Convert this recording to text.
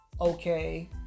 okay